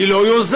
היא לא יוזמת,